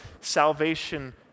salvation